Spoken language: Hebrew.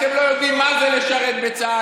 אתם לא יודעים מה זה לשרת בצה"ל.